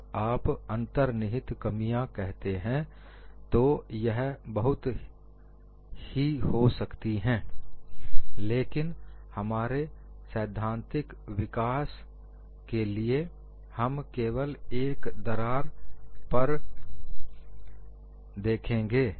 जब आप अंतर्निहित कमियां कहते हैं तो यह बहुत सी हो सकती है लेकिन हमारे सैद्धांतिक विकास के लिए हम केवल एक दरार पर देखेंगे